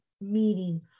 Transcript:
meeting